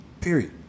Period